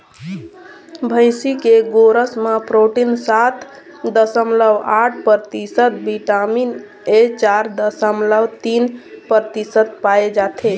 भइसी के गोरस म प्रोटीन सात दसमलव आठ परतिसत, बिटामिन ए चार दसमलव तीन परतिसत पाए जाथे